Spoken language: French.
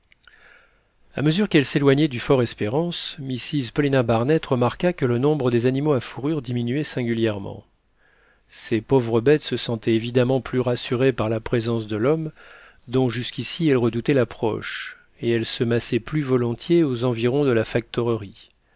à mesure qu'elle s'éloignait du fort espérance mrs paulina barnett remarqua que le nombre des animaux à fourrures diminuait singulièrement ces pauvres bêtes se sentaient évidemment plus rassurées par la présence de l'homme dont jusqu'ici elles redoutaient l'approche et elles se massaient plus volontiers aux environs de la